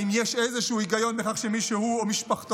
האם יש איזשהו היגיון בכך שמי שהוא ומשפחתו